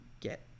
get